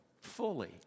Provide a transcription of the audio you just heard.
fully